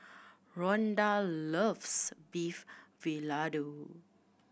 Ronda loves Beef Vindaloo